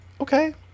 okay